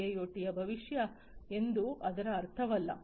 IIoT ಯ ಭವಿಷ್ಯ ಎಂದು ಇದರ ಅರ್ಥವಲ್ಲ